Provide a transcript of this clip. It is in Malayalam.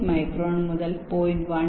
18 മൈക്രോൺ മുതൽ 0